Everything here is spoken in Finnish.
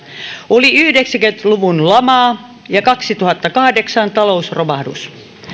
oli yhdeksänkymmentä luvun lama ja kaksituhattakahdeksan talousromahdus